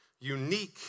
unique